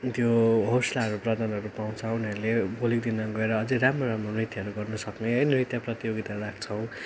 त्यो हौसलाहरू प्रदानहरू पाउँछ उनीहरूले भोलिको दिनमा गएर अझै राम्रो राम्रो नृत्यहरू गर्नुसक्ने है नृत्य प्रतियोगिता राख्छौँ